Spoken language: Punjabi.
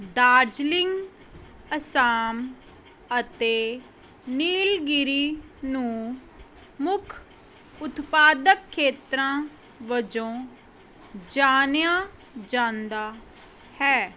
ਦਾਰਜੀਲਿੰਗ ਅਸਾਮ ਅਤੇ ਨੀਲਗਿਰੀ ਨੂੰ ਮੁੱਖ ਉਤਪਾਦਕ ਖੇਤਰਾਂ ਵਜੋਂ ਜਾਣਿਆ ਜਾਂਦਾ ਹੈ